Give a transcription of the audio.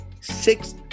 six